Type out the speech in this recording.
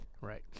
Right